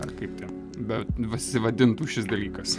ar kaip ten be vasivadintų šis dalykas